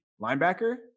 linebacker